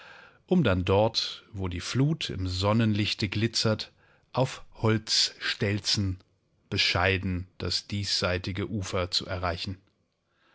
um dann dort wo die flut im sonnenlichte glitzert auf holzstelzen bescheiden das diesseitige ufer zu erreichen